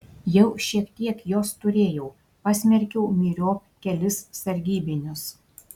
jau šiek tiek jos turėjau pasmerkiau myriop kelis sargybinius